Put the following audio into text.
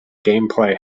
gameplay